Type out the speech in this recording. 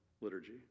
liturgy